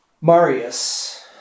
Marius